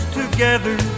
together